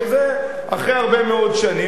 שזה אחרי הרבה מאוד שנים,